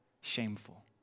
Shameful